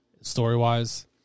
story-wise